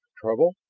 trouble?